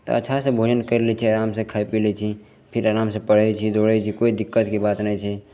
तऽ अच्छासे भोजन करि लै छी आरामसे खै पी लै छी फेर आरामसे पढ़ै छी दौड़ै छी कोइ दिक्कतके बात नहि छै